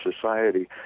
society